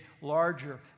larger